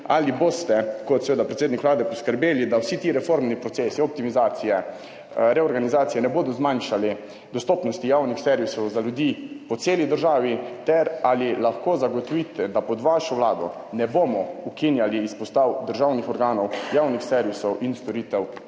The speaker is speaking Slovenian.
ali boste kot predsednik Vlade poskrbeli, da vsi ti reformni procesi, optimizacije in reorganizacije, ne bodo zmanjšali dostopnosti javnih servisov za ljudi po celi državi? Ali lahko zagotovite, da pod vašo vlado ne bomo ukinjali izpostav državnih organov, javnih servisov in storitev